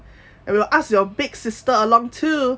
I will ask your big sister along too